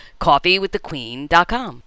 coffeewiththequeen.com